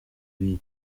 b’iyi